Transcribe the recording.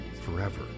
forever